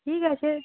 ঠিক আছে